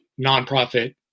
nonprofit